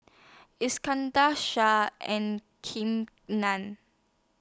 Iskandar Shah and Kim Nam